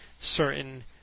certain